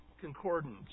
concordance